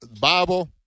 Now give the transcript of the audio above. Bible